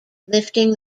lifting